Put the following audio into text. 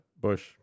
Bush